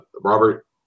Robert